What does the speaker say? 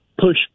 push